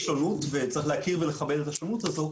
צריך להכיר ולכבד את השרות הזה,